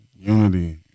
unity